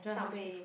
Subway